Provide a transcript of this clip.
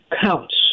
counts